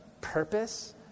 purpose